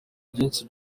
byinshi